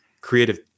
creative